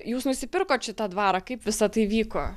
jūs nusipirkote šitą dvarą kaip visa tai vyko